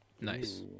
Nice